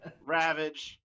Ravage